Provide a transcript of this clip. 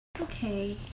Okay